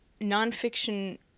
nonfiction